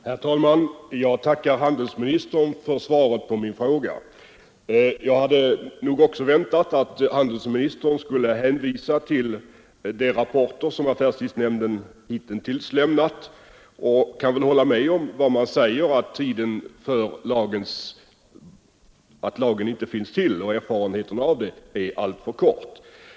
Ang. erfarenheterna Herr talman! Jag tackar handelsministern för svaret på min fråga. Jag 4 affärstidslagens hade nog väntat att handelsministern skulle hänvisa till de rapporter som upphävande affärstidsnämnden hitintills lämnat, och jag kan väl hålla med om vad som där sägs, nämligen att tiden efter affärstidslagens upphävande är alltför kort för att man skulle ha kunnat få tillräckliga erfarenheter.